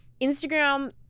Instagram